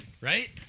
right